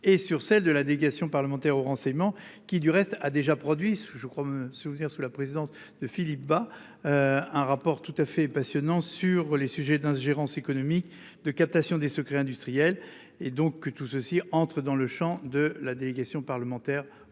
et sur celle de la délégation parlementaire au renseignement qui du reste a déjà produit, je crois me souvenir sous la présidence de Philippe Bas. Un rapport tout à fait passionnant sur les sujets d'ingérence économique de captation des secrets industriels et donc que tout ceci entrent dans le Champ de la délégation parlementaire au renseignement.